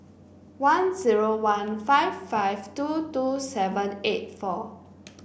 one zero one five five two two seven eight four